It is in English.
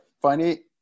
funny